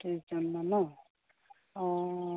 ত্ৰিছজনমান নহ্ অঁ